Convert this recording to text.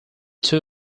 two